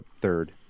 third